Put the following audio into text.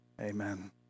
amen